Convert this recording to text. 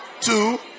two